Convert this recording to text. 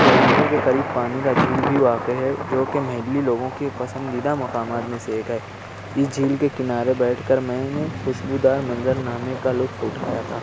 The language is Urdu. کوہ نور کے قریب پانی کا جھیل بھی واقع ہے جو کہ محلی لوگوں کے پسندیدہ مقامات میں سے ایک ہے اس جھیل کے کنارے بیٹھ کر میں نے خوشبودار منظر نامے کا لطف اٹھایا تھا